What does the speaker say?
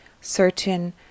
certain